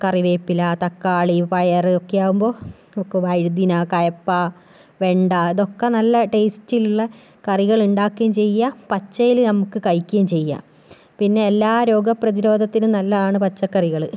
കറിവേപ്പില തക്കാളി പയറ് ഒക്കെ ആകുമ്പോൾ ഒക്കെ വഴുതന കയപ്പ വെണ്ട ഇതൊക്കെ നല്ല ടേസ്റ്റ് ഉള്ള കറികള് ഉണ്ടാക്കുകയും ചെയ്യാം പച്ചയില് നമുക്ക് കഴിക്കുകയും ചെയ്യാം പിന്നെ എല്ലാ രോഗ പ്രതിരോധത്തിനും നല്ലതാണ് പച്ചക്കറികള്